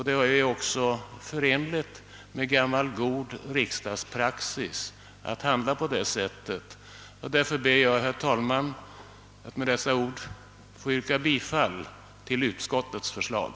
Det är också förenligt med gammal god riksdagspraxis att vänta i ett sådant fall. Jag ber, herr talman, att med dessa ord få yrka bifall till utskottets förslag.